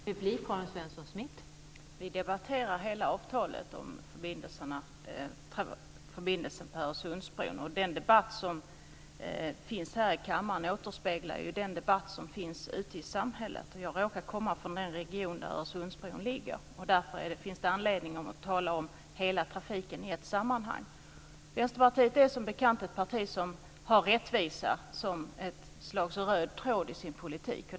Fru talman! Vi debatterar hela avtalet om förbindelsen på Öresundsbron. Den debatt som finns här i kammaren återspeglar ju den debatt som finns ute i samhället. Jag råkar komma från den region där Öresundsbron ligger. Därför finns det anledning att tala om hela trafiken i ett sammanhang. Vänsterpartiet är som bekant ett parti som har rättvisa som ett slags röd tråd i sin politik.